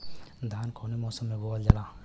धान कौने मौसम मे बोआला?